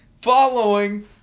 following